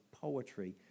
poetry